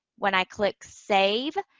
when i click save,